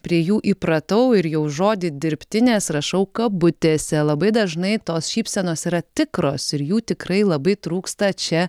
prie jų įpratau ir jau žodį dirbtinės rašau kabutėse labai dažnai tos šypsenos yra tikros ir jų tikrai labai trūksta čia